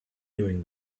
doing